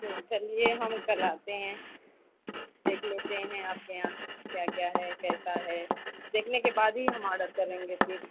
چلئے ہم کل آتے ہیں دیکھ لیتے ہیں آپ کے یہاں کیا کیا ہے کیسا ہے دیکھنے کے بعد ہی ہم آڈر کریں گے ٹھیک